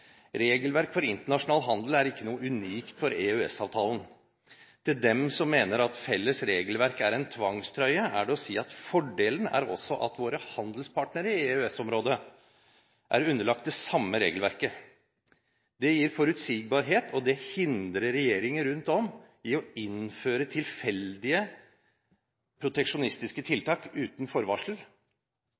Regelverk for internasjonal handel er ikke noe unikt for EØS-avtalen. Til dem som mener at felles regelverk er en tvangstrøye, er det å si at fordelen er også at våre handelspartnere i EØS-området er underlagt det samme regelverket. Det gir forutsigbarhet og det hindrer regjeringer rundt om i å innføre tilfeldige, proteksjonistiske tiltak uten forvarsel,